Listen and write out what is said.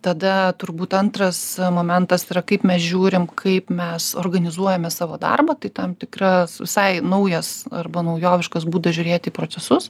tada turbūt antras momentas yra kaip mes žiūrim kaip mes organizuojame savo darbą tai tam tikras visai naujas arba naujoviškas būdas žiūrėti į procesus